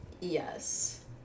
Yes